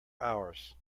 hours